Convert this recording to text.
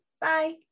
Bye